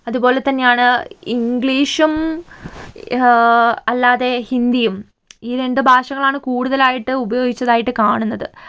അതുപ്പോലെതന്നെയാണ് ഇംഗ്ലീഷും അല്ലാതെ ഹിന്ദിയും ഈ രണ്ടു ഭാഷകളാണ് കൂടുതലായിട്ട് ഉപയോഗിച്ചതായിട്ട് കാണുന്നത്